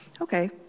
okay